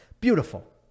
Beautiful